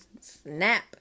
Snap